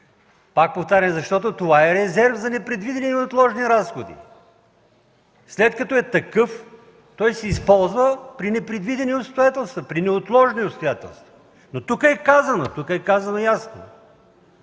пак повтарям, това е резерв за непредвидени и неотложни разходи. След като е такъв, той се използва при непредвидени обстоятелства, при неотложни обстоятелства. Но тук ясно е казано –